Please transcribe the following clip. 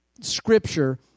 scripture